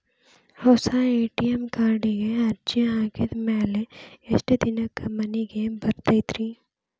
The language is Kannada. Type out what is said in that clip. ಹೊಸಾ ಎ.ಟಿ.ಎಂ ಕಾರ್ಡಿಗೆ ಅರ್ಜಿ ಹಾಕಿದ್ ಮ್ಯಾಲೆ ಎಷ್ಟ ದಿನಕ್ಕ್ ಮನಿಗೆ ಬರತೈತ್ರಿ?